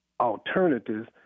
alternatives